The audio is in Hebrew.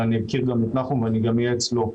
אבל אני אכיר גם את נחום ואני גם אהיה אצלו.